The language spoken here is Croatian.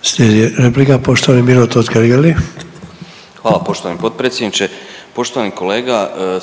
**Totgergeli, Miro (HDZ)** Hvala poštovani potpredsjedniče. Poštovani kolega,